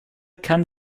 kann